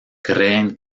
creen